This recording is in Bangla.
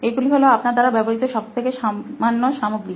এগুলো হলো আপনার দ্বারা ব্যবহৃত সবথেকে সামান্য সামগ্রী